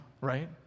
right